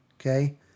okay